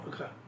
Okay